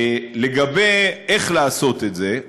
לגבי איך לעשות את זה,